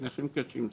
של נכים קשים סליחה.